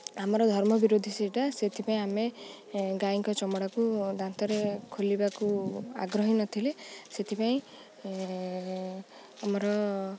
ଆମର ଧର୍ମ ବିରୋଧୀ ସେଇଟା ସେଥିପାଇଁ ଆମେ ଗାଈଙ୍କ ଚମଡ଼ାକୁ ଦାନ୍ତରେ ଖୋଲିବାକୁ ଆଗ୍ରହୀ ନଥିଲେ ସେଥିପାଇଁ ଆମର